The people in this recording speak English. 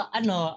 ano